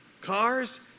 cars